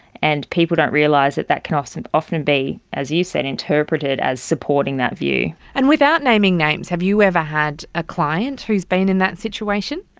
and people don't realise that that can often often be, as you said, interpreted as supporting that view. and without naming names, have you ever had a client who has been in that situation?